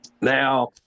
Now